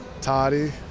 Toddy